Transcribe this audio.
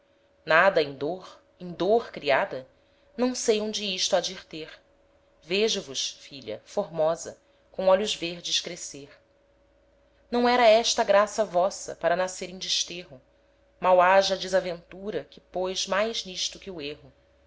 nada em dôr em dôr creada não sei onde isto ha de ir ter vejo vos filha formosa com olhos verdes crescer não era esta graça vossa para nascer em desterro mal haja a desaventura que pôs mais n'isto que o erro